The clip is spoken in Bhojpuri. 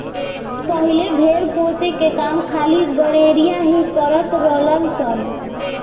पहिले भेड़ पोसे के काम खाली गरेड़िया ही करत रलन सन